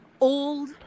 old